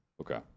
Okay